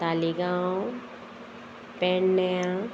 तालिगांव पेडण्यां